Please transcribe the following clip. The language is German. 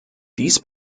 dies